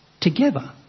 together